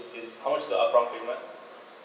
which is how much is the one time payment